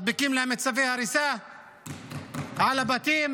מדביקים להם צווי הריסה על הבתים